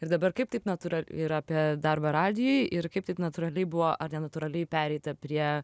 ir dabar kaip taip natūral ir apie darbą radijuj ir kaip taip natūraliai buvo ar nenatūraliai pereita prie